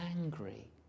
angry